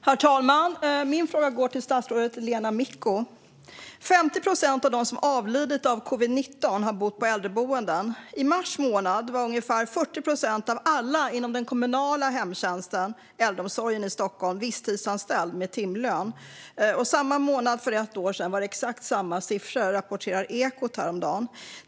Herr talman! Min fråga går till statsrådet Lena Micko. 50 procent av dem som avlidit av covid-19 har bott på äldreboenden. I mars månad var ungefär 40 procent av alla medarbetare inom den kommunala hemtjänsten och äldreomsorgen i Stockholm visstidsanställda med timlön. Samma månad för ett år sedan var det exakt samma siffra, rapporterade Ekot häromdagen.